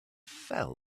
fell